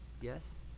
Yes